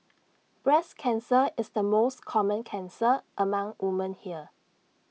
breast cancer is the most common cancer among women here